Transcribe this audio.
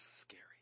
scary